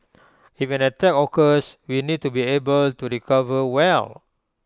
if an attack occurs we need to be able to recover well